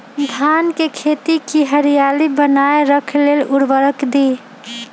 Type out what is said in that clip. धान के खेती की हरियाली बनाय रख लेल उवर्रक दी?